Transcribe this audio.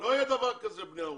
לא יהיה דבר כזה בני ערובה.